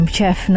Chef